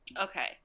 Okay